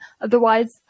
otherwise